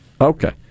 Okay